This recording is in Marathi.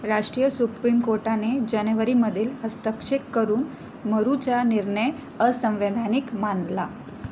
राष्ट्रीय सुप्रीम कोर्टाने जानेवरी मध्ये हस्तक्षेप करून मरूचा निर्णय असंवैधानिक मानला